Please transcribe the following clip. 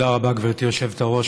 תודה רבה, גברתי היושבת-ראש.